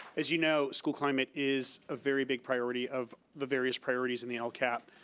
as you know, school climate is ah very big priority of the various priorities in the lcap.